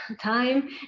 time